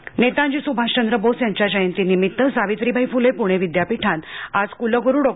जयंती नेताजी सुभाषचंद्र बोस यांच्या जयंती निमित्त सावित्रीबाई फुले पुणे विद्यापीठत आज कुलगुरू डॉ